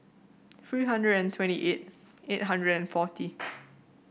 three hundred and twenty eight eight hundred and forty